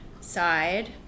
side